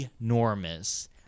enormous